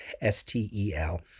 S-T-E-L